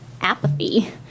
apathy